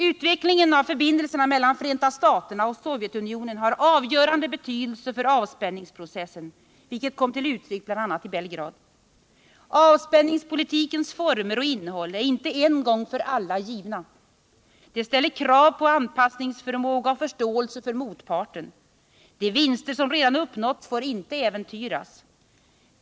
Utvecklingen av förbindelserna mellan Förenta staterna och Sovjetunionen har avgörande betydelse för avspänningsprocessen, vilket kom till uttryck bl.a. i Belgrad. Avspänningspolitikens former och innehåll är inte en gång för alla givna. Det ställer krav på anpassningsförmåga och förståelse för motparten. De vinster som redan uppnåtts får inte äventyras.